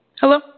Hello